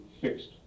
fixed